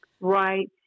Right